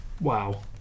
Wow